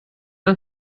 ein